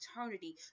eternity